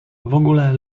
ogóle